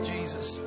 Jesus